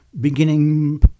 beginning